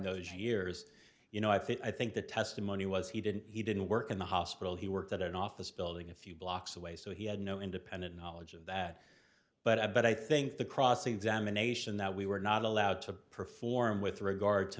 those years you know i think the testimony was he didn't he didn't work in the hospital he worked at an office building a few blocks away so he had no independent knowledge of that but i but i think the cross examination that we were not allowed to perform with regard to